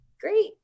Great